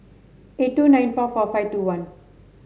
eight two nine four four five two one